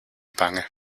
bange